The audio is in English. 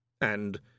And